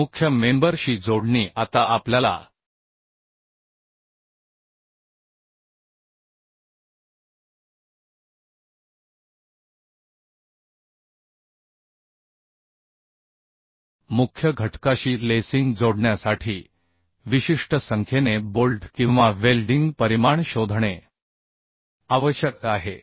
मग मुख्य मेंबर शी जोडणी आता आपल्याला मुख्य घटकाशी लेसिंग जोडण्यासाठी विशिष्ट संख्येने बोल्ट किंवा वेल्डिंग परिमाण शोधणे आवश्यक आहे